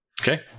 Okay